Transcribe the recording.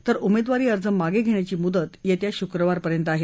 तर उमेदवारी अर्ज मागे घेण्याची मुदत येत्या शुक्रवारपर्यंत आहे